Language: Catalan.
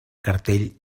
cartell